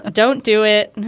ah don't do it. and